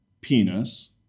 penis